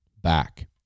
back